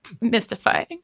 mystifying